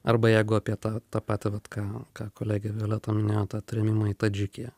arba jeigu apie tą tą patį vat ką ką kolegė violeta minėjo tą trėmimą į tadžikiją